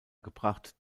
gebracht